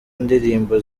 ndirimbo